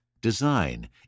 design